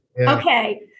Okay